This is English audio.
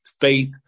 faith